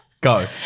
Go